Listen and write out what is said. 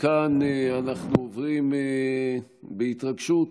מכאן אנחנו עוברים בהתרגשות